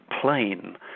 plain